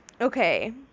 Okay